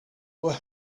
were